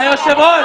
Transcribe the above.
הישראלית.